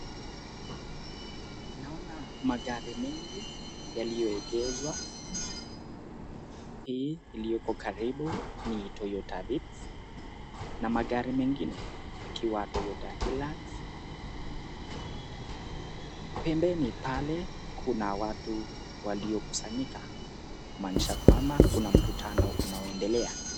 Naona magari mengi yaliyoegezwa hii iliyoko karibu ni Toyota Vits. na magari mengine yakiwa Toyota Hilux. Pembeni pale kuna watu waliokusanyika, kumaanisha ya kwamba kuna mkutano unaoendelea.